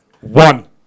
One